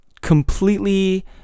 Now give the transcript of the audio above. completely